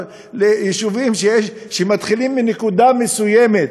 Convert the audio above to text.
ליישובים שמתחילים מנקודה מסוימת,